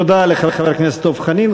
תודה לחבר הכנסת דב חנין.